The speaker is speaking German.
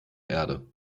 erde